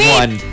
one